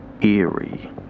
eerie